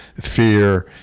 fear